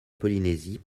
polynésie